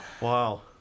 Wow